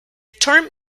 term